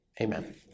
Amen